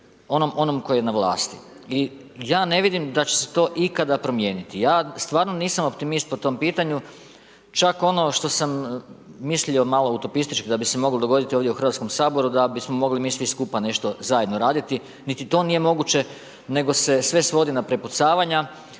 onom tko je na vlasti. I ja ne vidim da će se to ikada promijeniti. Ja stvar nisam optimist po tom pitanju, čak ono što sam mislio malo utopistički da bi se moglo dogoditi ovdje u Hrvatskom saboru da bismo mogli mi svi skupa nešto zajedno raditi, niti to nije moguće nego se sve svodi na prepucavanja,